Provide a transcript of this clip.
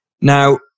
Now